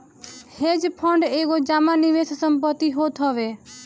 hedge fund एगो जमा निवेश संपत्ति होत हवे